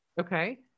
Okay